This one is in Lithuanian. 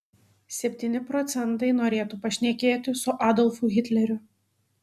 septyni procentai norėtų pašnekėti su adolfu hitleriu